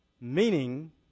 meaning